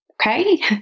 Okay